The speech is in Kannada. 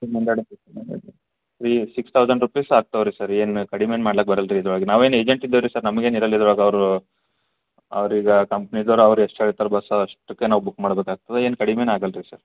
ಇನ್ನೊಂದೆರಡು ರೀ ಸಿಕ್ಸ್ ತೌಸಂಡ್ ರುಪೀಸ್ ಆಗ್ತವೆ ರೀ ಸರ್ ಏನು ಕಡಿಮೆ ಏನೂ ಮಾಡಕ್ ಬರಲ್ಲ ರೀ ಇದರೊಳಗೆ ನಾವೇನು ಏಜೆಂಟ್ ಇದ್ದೀವ್ ರೀ ಸರ್ ನಮ್ಗೇನು ಇರಲ್ಲ ಇದ್ರೊಳಗೆ ಅವರು ಅವರೀಗ ಕಂಪ್ನಿದೋರು ಅವ್ರು ಎಷ್ಟು ಹೇಳ್ತಾರ್ ಬಸ್ಸ ಅಷ್ಟಕ್ಕೆ ನಾವು ಬುಕ್ ಮಾಡ್ಬೇಕಾಗ್ತದೆ ಏನೂ ಕಡ್ಮೆ ಏನು ಆಗಲ್ಲ ರೀ ಸರ್